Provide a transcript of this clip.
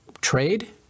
trade